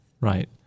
right